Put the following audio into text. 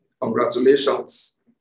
Congratulations